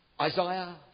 Isaiah